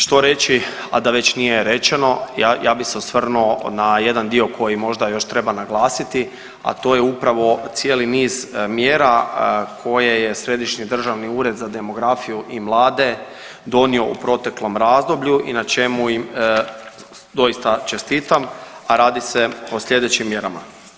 Što reći, a da već nije rečeno, ja bih se osvrnuo na jedan dio koji možda još treba naglasiti, a to je upravo cijeli niz mjera koje je Središnji državni ured za demografiju i mlade donio u proteklom razdoblju i na čemu im doista čestitam, a radi se o sljedećim mjerama.